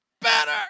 better